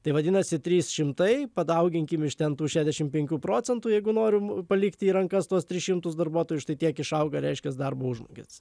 tai vadinasi trys šimtai padauginkim iš ten tų šešiasdešim penkių procentų jeigu norim palikti į rankas tuos tris šimtus darbuotojų štai tiek išauga reiškiasi darbo užmokestis